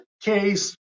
case